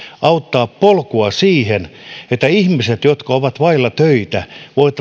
auttaa polkua siihen että ihmiset jotka ovat vailla töitä